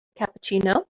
cappuccino